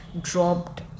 dropped